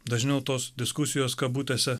dažniau tos diskusijos kabutėse